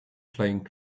playing